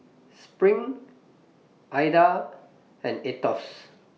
SPRING Ida and Aetos